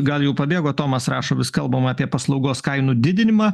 gal jau pabėgo tomas rašo vis kalbam apie paslaugos kainų didinimą